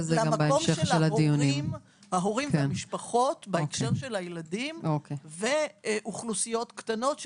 להורים והמשפחות בהקשר של הילדים ואוכלוסיות קטנות,